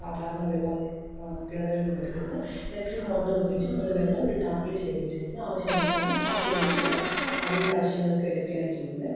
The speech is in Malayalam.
സാധാരണ വെള്ളം കിണറുകളിൽനിന്ന് എടുക്കുന്നത് ഇലക്ട്രിക്ക് മോട്ടോർ ഉപയോഗിച്ച് നമ്മൾ വെള്ളം ഒരു ടാങ്കില് ശേഖരിച്ചു വെക്കുന്നു ആവശ്യാനുസരണം ടാപ്പ് വഴി നമ്മൾ ആ വീട്ടാവശ്യങ്ങൾക്ക് എടുക്കുകയാണ് ചെയ്യുന്നത്